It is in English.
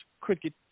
cricket